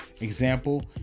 example